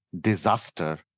disaster